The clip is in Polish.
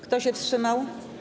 Kto się wstrzymał?